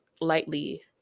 lightly